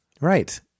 Right